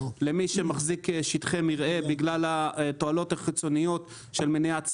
למי שמחזיק שטחי מרעה בגלל התועלות החיצוניות של מניעת שריפה,